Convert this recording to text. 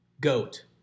goat